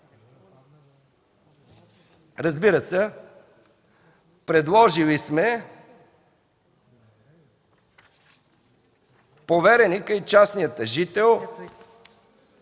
Разбира се, предложили сме повереникът и частният тъжител